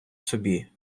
собі